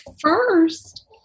first